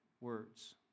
words